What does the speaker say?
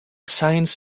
science